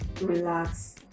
relax